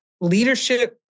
leadership